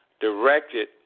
directed